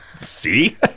see